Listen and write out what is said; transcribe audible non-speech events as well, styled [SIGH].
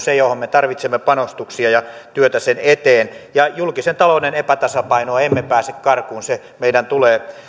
[UNINTELLIGIBLE] se johon me tarvitsemme panostuksia ja työtä sen eteen ja julkisen talouden epätasapainoa emme pääse karkuun se meidän tulee